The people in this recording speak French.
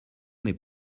n’est